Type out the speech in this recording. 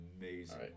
amazing